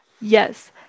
Yes